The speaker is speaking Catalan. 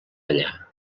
allà